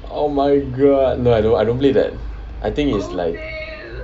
oh my god no I don't I don't play that I think is like